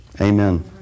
amen